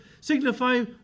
signify